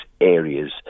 areas